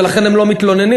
ולכן הם לא מתלוננים.